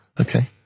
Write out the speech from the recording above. Okay